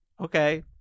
okay